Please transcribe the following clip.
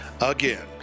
again